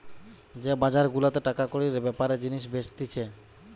যে বাজার গুলাতে টাকা কড়ির বেপারে জিনিস বেচতিছে